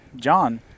John